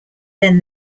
then